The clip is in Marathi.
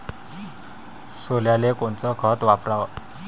सोल्याले कोनचं खत वापराव?